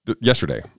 yesterday